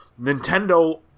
nintendo